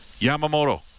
Yamamoto